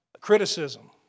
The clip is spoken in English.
criticism